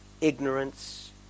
ignorance